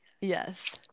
yes